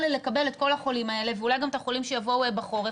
לקבל את כל החולים האלה ואולי גם את החולים שיבואו בחורף,